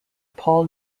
paul